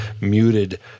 muted